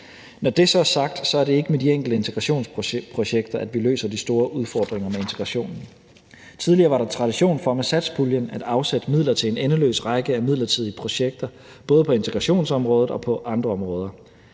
Når det så er sagt, er det ikke med de enkelte integrationsprojekter, at vi løser de store udfordringer med integrationen. Tidligere var der tradition for med satspuljen at afsætte midler til en endeløs række af midlertidige projekter – både på integrationsområdet og på andre områder.